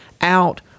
out